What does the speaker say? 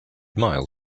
miles